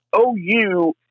OU